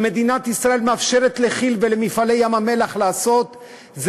שמדינת ישראל מאפשרת לכי"ל ול"מפעלי ים-המלח" לשמור,